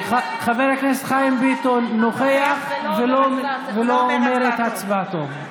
חבר הכנסת חיים ביטון נוכח ולא אומר את הצבעתו.